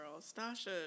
Stasha